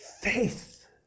faith